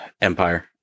Empire